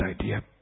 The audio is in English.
idea